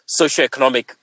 socioeconomic